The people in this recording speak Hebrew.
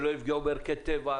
שלא יפגעו בערכי טבע,